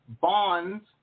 Bonds